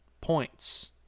points